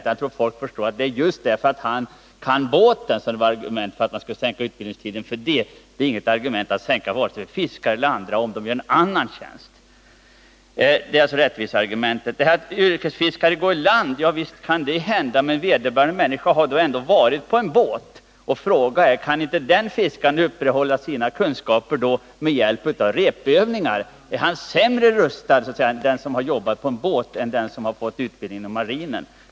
Jag tror att folk förstår att det är just det förhållandet att den förste fiskaren kan sin båt som är ett argument för att sänka utbildningstiden för honom. Men det är inget argument att sänka utbildningen för vare sig fiskare eller andra om de gör en annan tjänst. Det andra argumentet var att yrkesfiskare går i land. Ja, visst kan det hända, men vederbörande har då ändå varit på en båt, och frågan är då: Kan inte den fiskaren upprätthålla sina kunskaper med hjälp av repövningar? Är den som tidigare har jobbat på en båt sämre utrustad än den som bara har fått utbildning inom marinen?